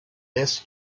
this